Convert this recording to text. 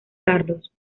carlos